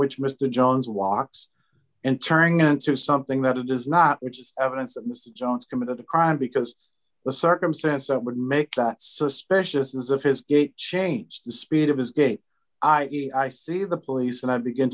which mr jones walks and turning into something that it does not which is evidence of mr jones committed the crime because the circumstance that would make that suspicious is of his change the speed of his gait i see the police and i begin